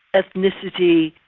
ethnicity,